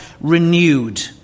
renewed